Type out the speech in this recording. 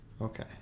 Okay